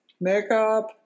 Makeup